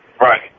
Right